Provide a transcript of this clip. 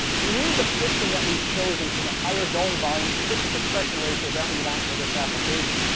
we needed the piston that we've chosen for the higher dome volume to get the compression ratio that we want for this application,